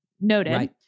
noted